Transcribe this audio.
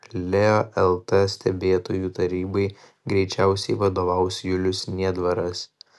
leo lt stebėtojų tarybai greičiausiai vadovaus julius niedvaras